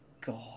God